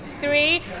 three